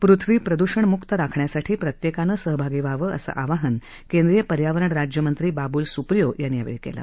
पृथ्वी प्रद्षण म्क्त राखण्यासाठी प्रत्येकानं सहभागी व्हावं असं आवाहन केंद्रीय पर्यावरण राज्यमंत्री बाबूल स्प्रियो यांनी यावेळी केलं